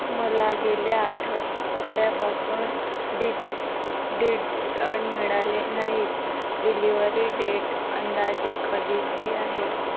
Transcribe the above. मला गेल्या आठवड्यापासून डिज डिजअंट मिळालेले नाहीत डिलिव्हरी डेट अंदाजे कधीची आहे